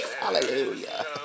Hallelujah